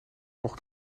mocht